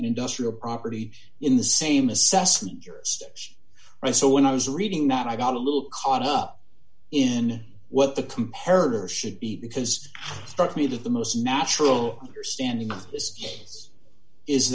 industrial property in the same assessment i saw when i was reading that i got a little caught up in what the comparative should be because certainly to the most natural understanding of this is